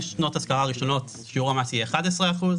שנות השכרה ראשונות שיעור המס יהיה 11 אחוזים,